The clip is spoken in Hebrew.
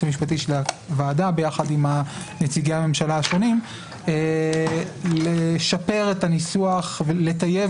המשפטי של הוועדה ביחד עם נציגי הממשלה השונים כדי לשפר את הניסוח ולטייב